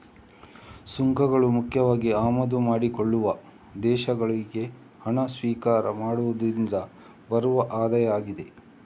ಸುಂಕಗಳು ಮುಖ್ಯವಾಗಿ ಆಮದು ಮಾಡಿಕೊಳ್ಳುವ ದೇಶಗಳಿಗೆ ಹಣ ಸ್ವೀಕಾರ ಮಾಡುದ್ರಿಂದ ಬರುವ ಆದಾಯ ಆಗಿದೆ